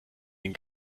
den